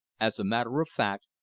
as a matter of fact,